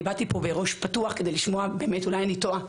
אני באתי פה בראש פתוח כדי לשמוע באמת אולי אני טועה,